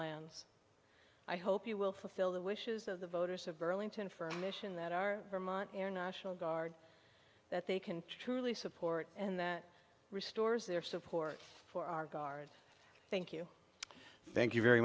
lands i hope you will fulfill the wishes of the voters of burlington for a mission that our vermont air national guard that they can truly support and that restores their support for our guard thank you thank you very